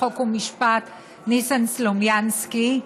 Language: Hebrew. חוק ומשפט ניסן סלומינסקי,